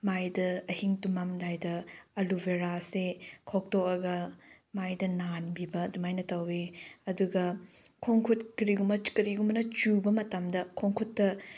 ꯃꯥꯏꯗ ꯑꯍꯤꯡ ꯇꯨꯝꯃꯝꯗꯥꯏꯗ ꯑꯦꯂꯣꯚꯦꯔꯥꯁꯦ ꯈꯣꯛꯇꯣꯛꯑꯒ ꯃꯥꯏꯗ ꯅꯥꯟꯕꯤꯕ ꯑꯗꯨꯃꯥꯏꯅ ꯇꯧꯋꯏ ꯑꯗꯨꯒ ꯈꯣꯡꯈꯨꯠ ꯀꯔꯤꯒꯨꯝꯕ ꯀꯔꯤꯒꯨꯝꯕꯅ ꯆꯨꯕ ꯃꯇꯝꯗ ꯈꯣꯡ ꯈꯨꯠꯇ